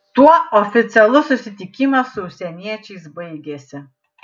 tuo oficialus susitikimas su užsieniečiais baigėsi